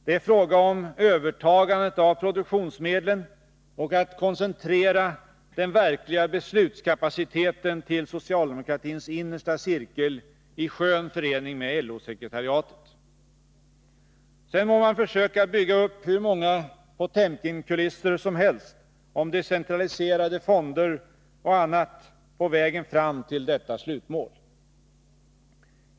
Det är fråga om övertagandet av produktionsmedlen och att koncentrera den verkliga beslutskapaciteten till socialdemokratins innersta cirkel i skön förening med LO-sekretariatet. Sen må man försöka bygga upp hur många potemkinkulisser som helst när det gäller decentraliserade fonder och annat på vägen fram till detta slutmål.